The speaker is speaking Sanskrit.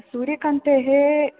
सूर्यकान्तेः